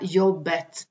jobbet